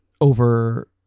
over